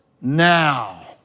now